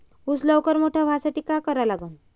ऊस लवकर मोठा व्हासाठी का करा लागन?